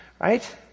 right